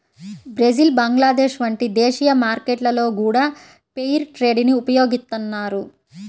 Brazil Bangladesh వంటి దేశీయ మార్కెట్లలో గూడా ఫెయిర్ ట్రేడ్ ని ఉపయోగిత్తన్నారు